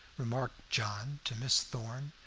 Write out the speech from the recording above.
remarked john to miss thorn.